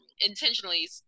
intentionally